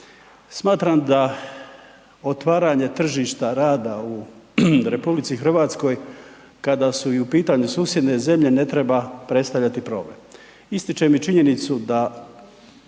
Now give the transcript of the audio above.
Smatram da otvaranje tržišta rada u RH kada su i u pitanju susjedne zemlje ne treba predstavljati problem. Ističem i činjenicu da